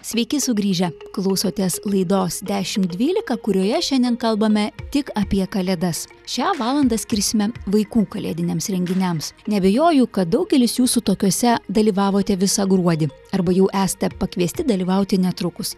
sveiki sugrįžę klausotės laidos dešim dvylika kurioje šiandien kalbame tik apie kalėdas šią valandą skirsime vaikų kalėdiniams renginiams neabejoju kad daugelis jūsų tokiuose dalyvavote visą gruodį arba jau esate pakviesti dalyvauti netrukus